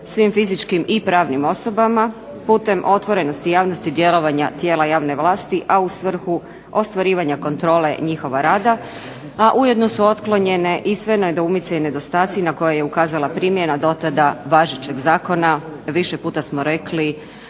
svim fizičkim i pravnim osobama putem otvorenosti javnosti i djelovanja tijela javne vlasti, a u svrhu ostvarivanje kontrole njihova rada. A ujedno su otklonjene i sve nedoumice i nedostaci na koje je ukazala primjena dotada važećeg zakona. Više puta smo rekli